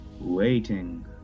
waiting